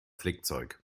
flickzeug